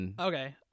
Okay